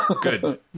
Good